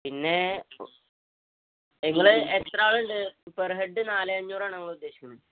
പിന്നെ നിങ്ങള് എത്രയാളുണ്ട് പെർ ഹെഡ് നാല് അഞ്ഞൂറാണ് നമ്മള് ഉദ്ദേശിക്കുന്നത്